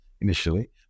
initially